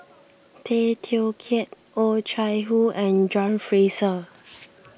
Tay Teow Kiat Oh Chai Hoo and John Fraser